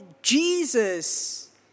Jesus